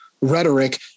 rhetoric